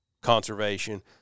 conservation